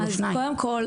על העבודה בסופי שבוע,